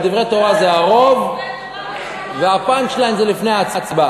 דברי תורה זה הרוב וה-punch line זה לפני ההצבעה.